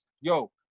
yo